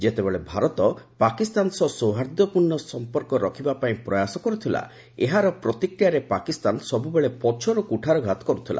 ଯେତେବେଳେ ଭାରତ ପାକିସ୍ତାନ ସହ ସୌହାଦର୍ଯ୍ୟପୂର୍ଣ୍ଣ ସମ୍ପର୍କ ରଖିବାପାଇଁ ପ୍ରୟାସ କରୁଥିଲା ଏହାର ପ୍ରତିକ୍ରିୟାରେ ପାକିସ୍ତାନ ସବୁବେଳେ ପଛରୁ କୁଠାରଘାତ କରୁଥିଲା